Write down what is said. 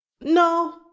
no